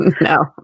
No